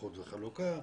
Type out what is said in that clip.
איחוד וחלוקה,